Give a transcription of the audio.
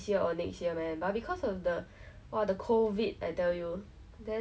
ya so I wanted to like deem myself as the introvert but then that day mom had a very